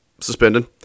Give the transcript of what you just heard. suspended